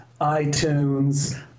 iTunes